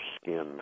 skin